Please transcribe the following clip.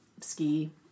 ski